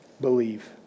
believe